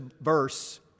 verse